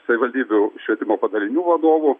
savivaldybių švietimo padalinių vadovų